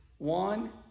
One